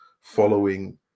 following